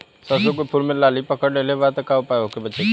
सरसों के फूल मे लाहि पकड़ ले ले बा का उपाय बा बचेके?